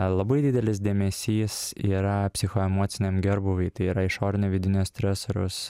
labai didelis dėmesys yra psichoemociniam gerbūviui tai yra išorinio vidinio stresoriaus